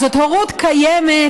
זאת הורות קיימת,